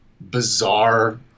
bizarre